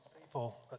people